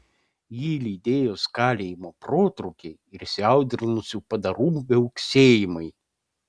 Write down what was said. jį lydėjo skalijimo protrūkiai ir įsiaudrinusių padarų viauksėjimai